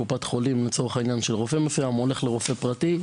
בקופת החולים אז הוא הולך לרופא פרטי.